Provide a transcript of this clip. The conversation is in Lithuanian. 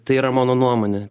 tai yra mano nuomonė